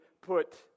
put